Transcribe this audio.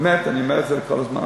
באמת, אני אומר את זה כל הזמן.